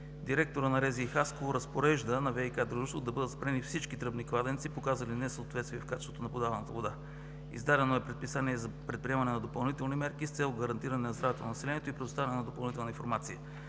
директорът на РЗИ – Хасково, разпорежда на ВИК - дружеството да бъдат спрени всички тръбни кладенци, показали несъответствие в качеството на подаваната вода. Издадено е предписание за предприемане на допълнителни мерки с цел гарантиране здравето на населението и предоставяне на допълнителна информация.